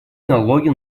налоги